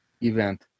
event